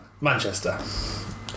Manchester